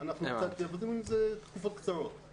זו תחושה נוראית לסטודנט להיות בסיטואציה כזו.